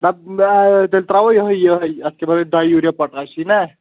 دَپ تیٚلہِ ترٛاوَو یِہَے یِہَے اَتھ کیٛاہ وَنان ڈاے یوٗریا پوٹاشی نا